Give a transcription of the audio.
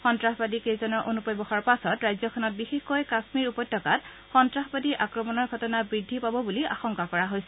সন্তাসবাদীকেইজনৰ অনুপ্ৰৱেশৰ পাছত ৰাজ্যখনত বিশেষকৈ কাশ্মীৰ উপত্যকাত সন্ত্ৰাসবাদীৰ আক্ৰমণৰ ঘটনা বৃদ্ধি পাব বুলি আশংকা কৰা হৈছে